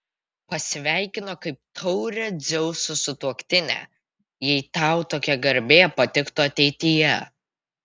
pasveikino kaip taurią dzeuso sutuoktinę jei tau tokia garbė patiktų ateityje